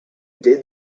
dead